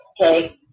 Okay